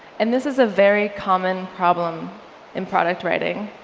and this is a very common problem in product writing.